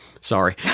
Sorry